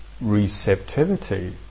receptivity